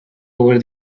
over